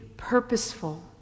purposeful